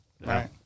Right